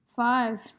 five